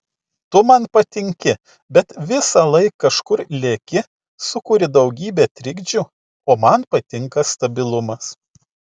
tu man patinki bet visąlaik kažkur leki sukuri daugybę trikdžių o man patinka stabilumas